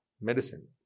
medicine